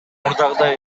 мурдагыдай